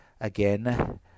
again